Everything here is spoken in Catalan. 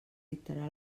dictarà